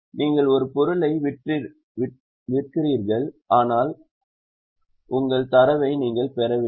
எனவே நீங்கள் ஒரு பொருளை விற்றுள்ளீர்கள் ஆனால் உங்கள் தரவை நீங்கள் பெறவில்லை